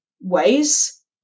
ways